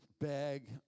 beg